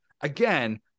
Again